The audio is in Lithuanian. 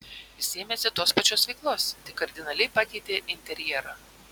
jis ėmėsi tos pačios veiklos tik kardinaliai pakeitė interjerą